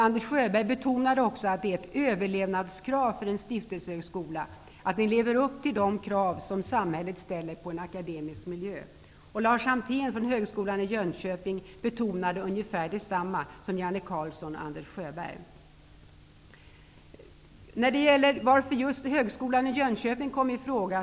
Anders Sjöberg betonade också att det är ett överlevnadskrav för en stiftelsehögskola att den lever upp till de krav som samhället ställer på en akademisk miljö. Lars Amtén från Högskolan i Jönköping betonade ungefär detsamma som Janne Ulf Melin kommer att närmare ta upp varför just Högskolan i Jönköping kom i fråga.